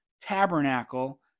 tabernacle